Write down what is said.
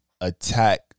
attack